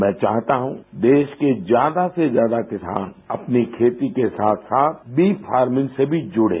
मैं चाहता हूँ देश के ज्यादा से ज्यादा किसान अपनी खेती के साथ साथ बी फार्मिंग से भी जुड़ें